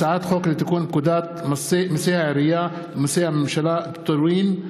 הצעת חוק לתיקון פקודת מסי העירייה ומסי הממשלה (פטורין)